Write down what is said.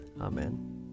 Amen